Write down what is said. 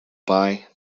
buy